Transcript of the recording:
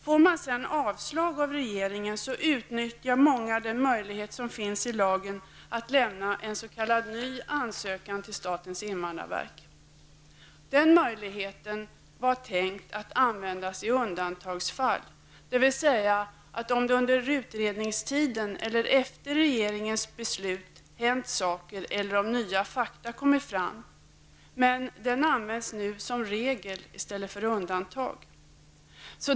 Många som får avslag av regeringen utnyttjar den möjlighet som finns i lagen att lämna in en s.k. ny ansökan till invandrarverket. Den möjligheten var tänkt att användas i undantagsfall, dvs. om det under utredningstiden eller efter regeringens beslut hänt saker eller om nya fakta kommit fram. Men den används nu som regel i stället för som undantag.